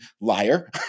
liar